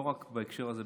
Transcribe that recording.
לא רק בהקשר הזה,